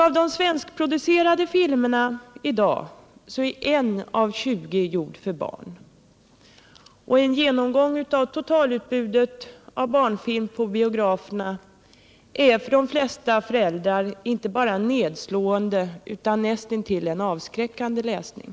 Av de svenskproducerade filmerna i dag är en av 20 gjord för = ningar barn, och en genomgång av totalutbudet av barnfilm på biograferna är för de flesta föräldrar inte bara en nedslående utan en näst intill avskräckande läsning.